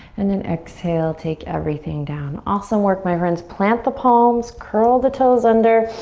and then exhale, take everything down. awesome work, my friends. plant the palms, curl the toes under.